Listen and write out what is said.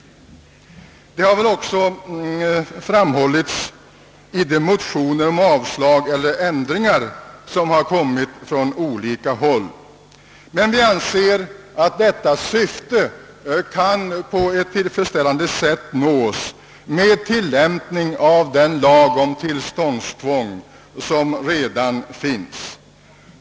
Saken har också påpekats i de motioner om avslag eller ändringar som väckts från olika håll. Vi anser emellertid att detta syfte på ett tillfredsställande sätt kan nås genom tilllämpning av den lag om tillståndstvång som redan finns.